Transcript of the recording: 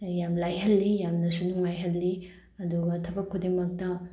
ꯌꯥꯝ ꯂꯥꯏꯍꯜꯂꯤ ꯌꯥꯝꯅꯁꯨ ꯅꯨꯡꯉꯥꯏꯍꯜꯂꯤ ꯑꯗꯨꯒ ꯊꯕꯛ ꯈꯨꯗꯤꯡꯃꯛꯇ